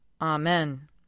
Amen